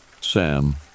Sam